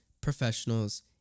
professionals